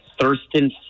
Thurston